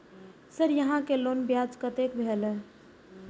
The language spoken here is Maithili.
सर यहां के लोन ब्याज कतेक भेलेय?